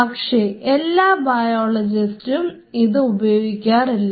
പക്ഷേ എല്ലാ ബയോളജിസ്റ്റും ഇത് ഉപയോഗിക്കാറില്ല